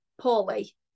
poorly